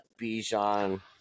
Bijan